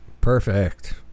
perfect